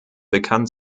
bekannt